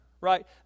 right